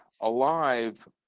alive